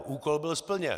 Úkol byl splněn.